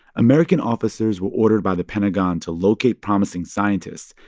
american officers were ordered by the pentagon to locate promising scientists.